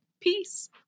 peace